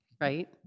Right